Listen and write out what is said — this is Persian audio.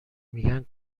میگن